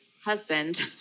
husband